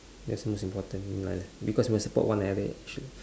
that's most important in life because when support one having a